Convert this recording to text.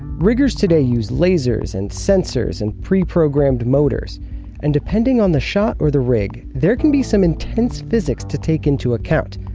riggers today use lasers and sensors and preprogrammed motors and depending on the shot or the rig, there can be some intense physics to take into account.